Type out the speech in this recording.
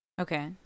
Okay